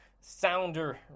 sounder